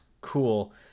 cool